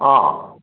ആ